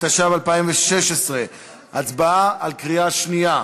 התשע"ו 2016. ההצבעה היא בקריאה שנייה.